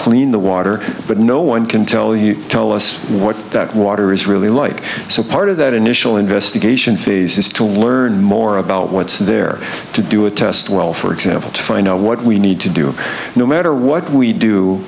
clean the water but no one can tell you tell us what that water is really like so part of that initial investigation phase is to learn more about what's there to do a test well for example to find out what we need to do no matter what we do